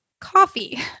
coffee